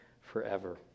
forever